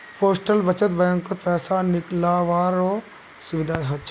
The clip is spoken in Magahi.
पोस्टल बचत बैंकत पैसा निकालावारो सुविधा हछ